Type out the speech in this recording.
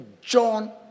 John